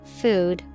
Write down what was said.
food